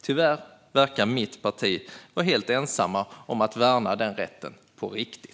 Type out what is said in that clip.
Tyvärr verkar mitt parti vara helt ensamt om att värna den rätten på riktigt.